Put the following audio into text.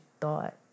thought